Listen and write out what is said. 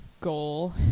goal